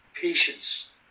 Patience